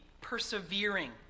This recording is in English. persevering